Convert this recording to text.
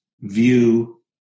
view